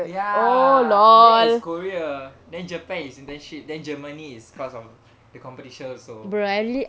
ya that is korea then japan is internship then germany is cause of the competition also